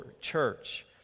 church